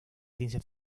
ciencia